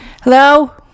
Hello